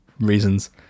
reasons